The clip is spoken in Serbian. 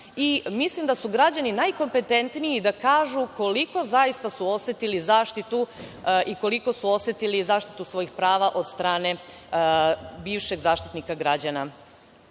Mislim da su građani najkompetentniji da kažu koliko su zaista osetili zaštitu i koliko su osetili zaštitu svojih prava od strane bivšeg Zaštitnika građana. Još